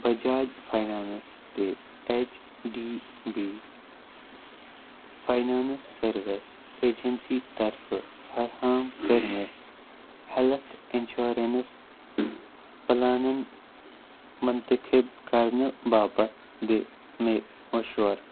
Bajaj finance تہٕ H D B finance service agency طرفہٕ فراہم کٔرۍمٕتۍ ہیلتھ اِنشورنس پُلانَن مُنتخب کَرنہٕ باپتھ دِ مےٚ مشوَرٕ